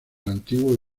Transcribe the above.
antiguo